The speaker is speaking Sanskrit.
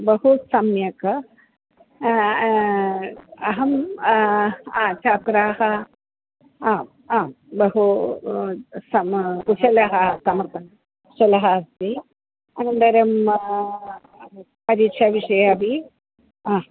बहु सम्यक् अहं छात्राः आम् आम् बहु सम कुशलः समर्थः कुशलः अस्ति अनन्तरं परीक्षा विषये अपि हा